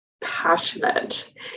passionate